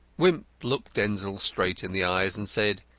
wimp looked denzil straight in the eyes, and said,